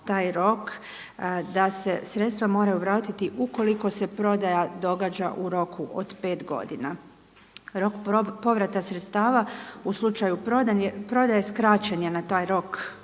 da se sredstva moraju vratiti ukoliko se prodaja događa u roku od 5 godina. Rok povrata sredstava u slučaju prodaje skraćen je na taj rok od